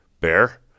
Bear